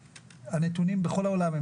הנתונים דומים בכל העולם.